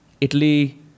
Italy